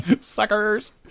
Suckers